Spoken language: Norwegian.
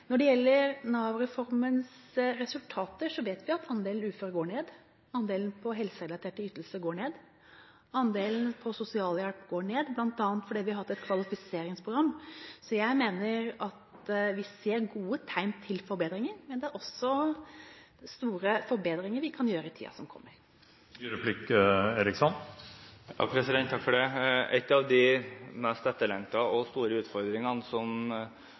Når det gjelder Nav-reformens resultater, vet vi at andelen uføre går ned, andelen på helserelaterte ytelser går ned, andelen på sosialhjelp går ned, bl.a. fordi vi har hatt et kvalifiseringsprogram. Jeg mener at vi ser gode tegn til forbedringer, men det er også store forbedringer vi kan gjøre i tiden som kommer. En av de mest etterlengtede og store utfordringene som